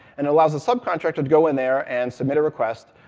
and it allows the subcontractor to go in there and submit a request.